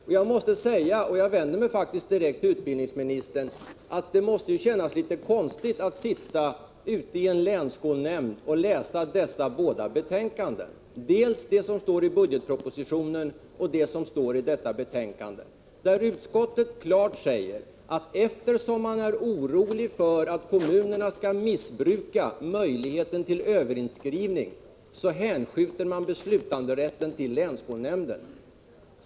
Jag vänder mig direkt till utbildningsministern när jag säger följande: Det måste kännas litet konstigt att sitta ute i länsskolnämnderna och läsa dessa båda uttalanden — dels det som står i budgetpropositionen, dels det som står i betänkandet. Utskottet säger klart, att eftersom man är orolig för att kommunerna skall missbruka möjligheterna till överinskrivning, hänskjuter man beslutsrätten till länsskolnämnderna.